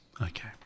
Okay